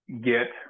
get